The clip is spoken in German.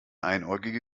einäugige